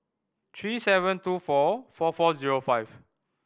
three seven two four four four zero five